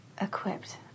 equipped